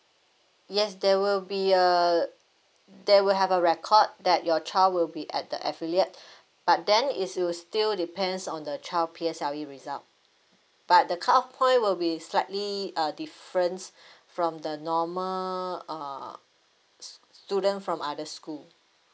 yes there will be a there will have a record that your child will be at the affiliate but then is you still depends on the child P_S_L_E result but the cut off point will be slightly uh different from the normal uh s~ s~ student from other school